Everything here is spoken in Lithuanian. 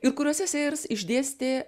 ir kuriuose sėjers išdėstė